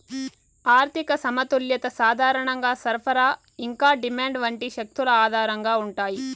ఆర్థిక సమతుల్యత సాధారణంగా సరఫరా ఇంకా డిమాండ్ వంటి శక్తుల ఆధారంగా ఉంటాయి